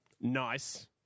nice